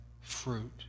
fruit